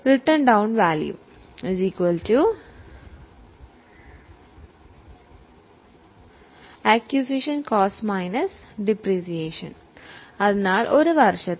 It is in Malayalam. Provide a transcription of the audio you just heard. written down value acquisition cost depreciation